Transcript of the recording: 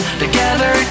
together